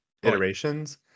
Iterations